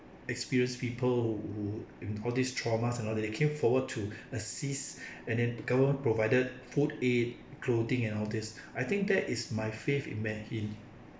experienced people who who in all this traumas and all that they came forward to assist and then government provided food aid clothing and all these I think that is my faith in mankind